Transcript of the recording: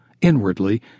Inwardly